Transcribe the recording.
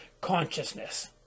consciousness